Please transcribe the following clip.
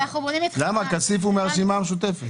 אבל כסיף הוא מהרשימה המשותפת.